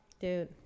dude